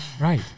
Right